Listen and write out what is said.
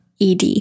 ED